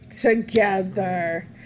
together